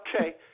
Okay